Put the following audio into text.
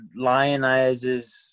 lionizes